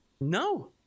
No